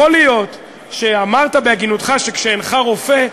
יכול להיות שכשאמרת בהגינותך שאינך רופא,